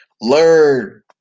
learn